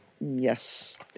Yes